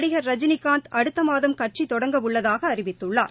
நடிகா் ரஜினிகாந்த் அடுத்த மாதம் கட்சித் தொடங்க உள்ளதாக அறிவித்துள்ளார்